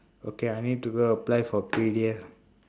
okay I need to go and apply for P_D_L